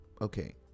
Okay